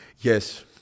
yes